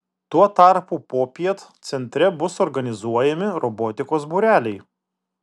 tuo tarpu popiet centre bus organizuojami robotikos būreliai